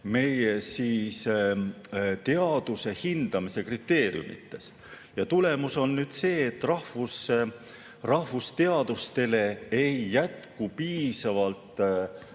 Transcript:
meie teaduse hindamise kriteeriumites. Tulemus on see, et rahvusteadustele ei jätku piisavalt